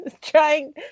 trying